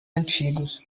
antigos